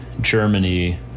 Germany